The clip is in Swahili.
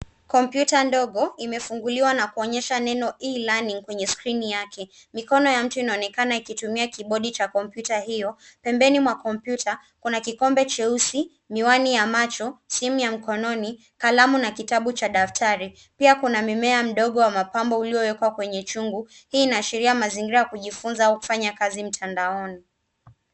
Kompyuta ndogo, imefunguliwa na kuonyesha neno e-learning kwenye skrini yake. Mikono ya mtu inaonekana ikitumia kibodi cha kompyuta hio. Pembeni mwa kompyuta, kuna kikombe cheusi, miwani ya macho, simu ya mkononi, kalamu, na kitabu cha daftari. Pia kuna mmea mdogo wa mapambo uliowekwa kwenye chungu. Hii inaashiria mazingira ya kujifunza au kufanya kazi mtandaoni.